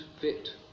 fit